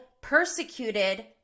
persecuted